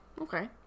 Okay